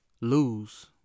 lose